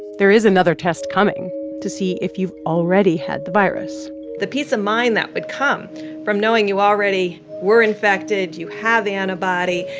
there is another test coming to see if you've already had the virus the peace of mind that would come from knowing you already were infected, you have the antibody,